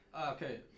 okay